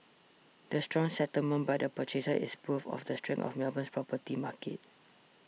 the strong settlements by the purchasers is proof of the strength of Melbourne's property market